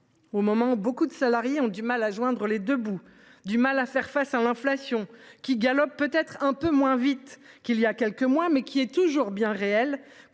au moment où beaucoup de salariés ont du mal à joindre les deux bouts, à faire face à l’inflation qui galope peut être un peu moins vite qu’il y a quelques mois, mais qui est toujours bien réelle,